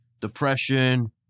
depression